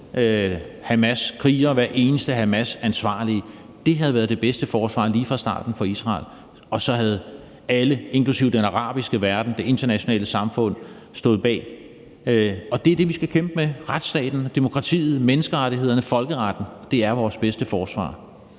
hamaskriger og hver eneste hamasansvarlige. Det havde været det bedste forsvar lige fra starten for Israel, og så havde alle, inklusive den arabiske verden og det internationale samfund, stået bag. Det er det, vi skal kæmpe med: retsstaten, demokratiet, menneskerettighederne og folkeretten. Det er vores bedste forsvar.